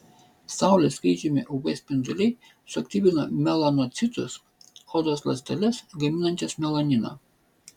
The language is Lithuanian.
saulės skleidžiami uv spinduliai suaktyvina melanocitus odos ląsteles gaminančias melaniną